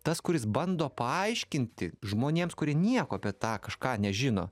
tas kuris bando paaiškinti žmonėms kurie nieko apie tą kažką nežino